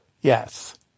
Yes